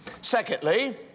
Secondly